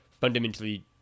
fundamentally